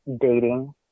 dating